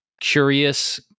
curious